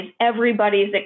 everybody's